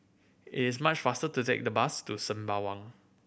it is much faster to take the bus to Sembawang